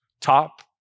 Top